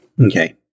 Okay